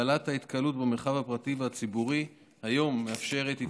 הגבלת ההתקהלות במרחב הפרטי והציבורי מאפשרת כיום